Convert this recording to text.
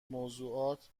موضوعات